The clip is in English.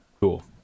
cool